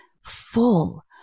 full